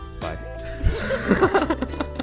Bye